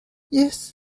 yes